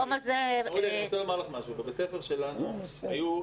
בבית הספר שלנו היו,